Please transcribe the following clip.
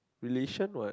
relation what